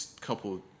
couple